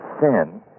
sin